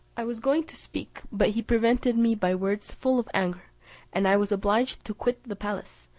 i was going to speak, but he prevented me by words full of anger and i was obliged to quit the palace,